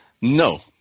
No